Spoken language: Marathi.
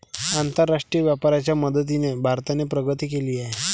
आंतरराष्ट्रीय व्यापाराच्या मदतीने भारताने प्रगती केली आहे